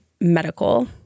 medical